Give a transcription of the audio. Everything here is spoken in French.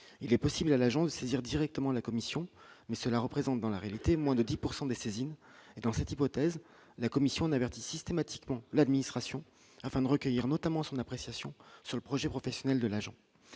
il est possible à l'agence saisir directement la Commission mais cela représente dans la réalité, moins de 10 pourcent des saisines et dans cette hypothèse, la commission n'avertit systématiquement l'administration afin de recueillir notamment son appréciation sur le projet professionnel de l'agent